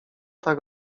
tak